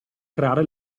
creare